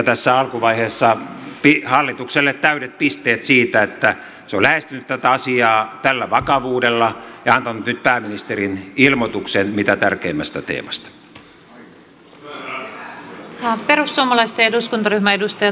tässä alkuvaiheessa hallitukselle täydet pisteet siitä että se on lähestynyt tätä asiaa tällä vakavuudella ja antanut nyt pääministerin ilmoituksen mitä tärkeimmästä teemasta